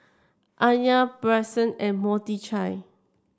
Anya Bryson and Mordechai